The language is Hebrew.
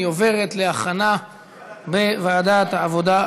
היא מועברת להכנה בוועדת העבודה,